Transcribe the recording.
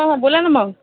हो हो बोला ना मग